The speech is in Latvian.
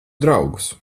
draugus